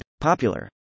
popular